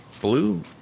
Blue